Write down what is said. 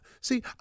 See